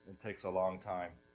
takes a long time.